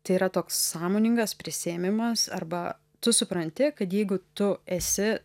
tai yra toks sąmoningas prisiėmimas arba tu supranti kad jeigu tu esi